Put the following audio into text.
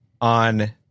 on